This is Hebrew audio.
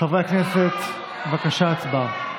חברי הכנסת, בבקשה, הצבעה.